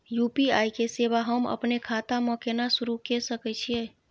UPI के सेवा हम अपने खाता म केना सुरू के सके छियै?